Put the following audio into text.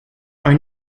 are